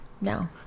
No